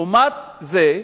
לעומת זאת,